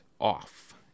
off